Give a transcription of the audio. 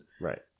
right